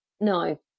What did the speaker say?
no